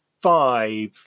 five